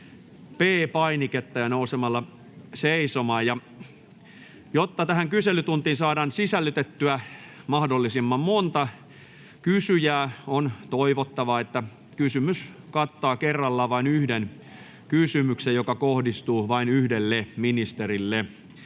P-painiketta ja nousemalla seisomaan. Jotta tähän kyselytuntiin saadaan sisällytettyä mahdollisimman monta kysyjää, on toivottavaa, että kysymys kattaa kerrallaan vain yhden kysymyksen, joka kohdistuu vain yhdelle ministerille.